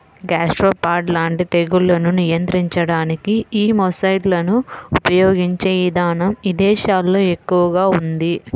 gastropod లాంటి తెగుళ్లను నియంత్రించడానికి యీ మొలస్సైడ్లను ఉపయిగించే ఇదానం ఇదేశాల్లో ఎక్కువగా ఉంది